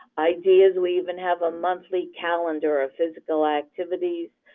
ideas, we even have a monthly calendar of physical activities.